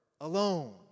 alone